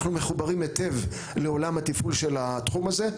אנחנו מחוברים היטב לעולם התפעול של התחום הזה,